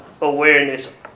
awareness